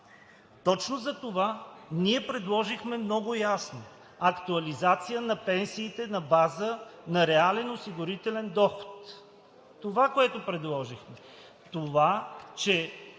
Точно затова ние предложихме много ясно актуализация на пенсиите на база на реален осигурителен доход – това е, което предложихме. Това, че